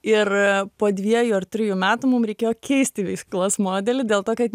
ir po dviejų ar trijų metų mum reikėjo keisti veiklos modelį dėl to kad